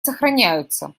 сохраняются